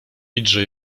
idźże